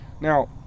now